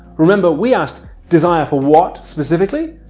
remember we asked desire for what specifically?